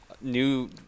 new